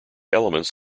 elements